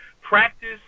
Practice